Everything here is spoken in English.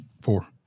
Four